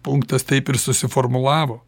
punktas taip ir susiformulavo